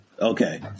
Okay